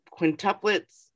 quintuplets